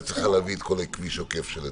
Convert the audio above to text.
צריכה להביא את כל הכביש העוקף של אתמול,